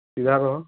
ପିଲାର